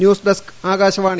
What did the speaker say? news desk Akashvani